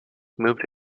moved